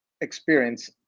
experience